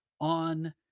on